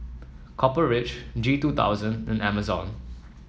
Copper Ridge G two thousand and Amazon